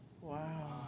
Wow